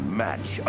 match